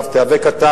תיאבק אתה,